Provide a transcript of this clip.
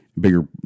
bigger